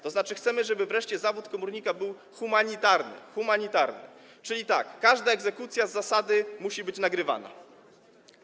To znaczy chcemy, żeby wreszcie zawód komornika był humanitarny, humanitarny, czyli każda egzekucja z zasady musi być nagrywana.